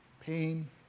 pain